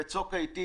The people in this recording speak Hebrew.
בצוק העתים,